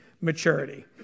maturity